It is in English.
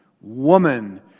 Woman